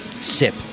sip